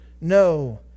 no